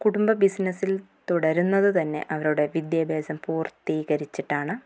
കുടുംബ ബിസിനസ്സിൽ തുടരുന്നത് തന്നെ അവരുടെ വിദ്യാഭ്യാസം പൂർത്തീകരിച്ചിട്ടാണ്